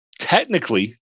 Technically